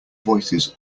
voices